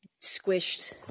squished